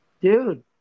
Dude